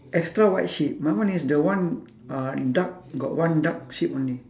extra white sheep my one is the one uh dark got one dark sheep only